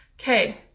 Okay